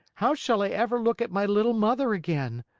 how shall i ever look at my little mother again?